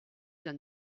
dans